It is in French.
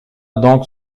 donc